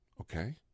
okay